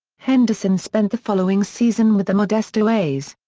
henderson spent the following season with the modesto a's.